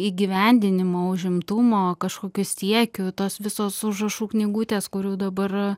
įgyvendinimo užimtumo kažkokių siekių tos visos užrašų knygutės kurių dabar